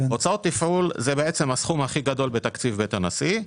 הוצאות תפעול זה הסכום הכי גדול בתקציב בית הנשיא.